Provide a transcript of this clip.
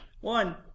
One